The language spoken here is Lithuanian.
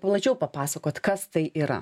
plačiau papasakot kas tai yra